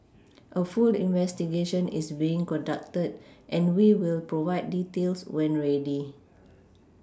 a full investigation is being conducted and we will provide details when ready